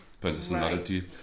personality